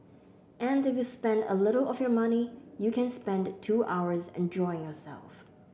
and if you spend a little of your money you can spend two hours enjoying yourself